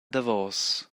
davos